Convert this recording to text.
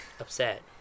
Upset